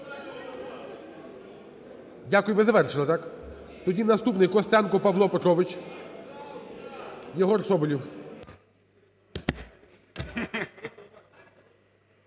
Дякую. Ви завершили, так? Тоді наступний Костенко Павло Петрович. Єгор Соболєв.